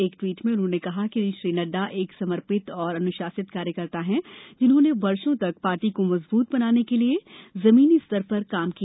एक ट्वीट में उन्होंने कहा कि श्री नड्डा एक समर्पित और अनुशासित कार्यकर्ता हैं जिन्होंने वर्षो तक पार्टी को मजबूत बनाने के लिए जमीनी स्तर पर काम किया